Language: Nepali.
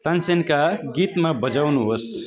तानसेनका गीतमा बजाउनुहोस्